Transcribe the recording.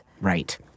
Right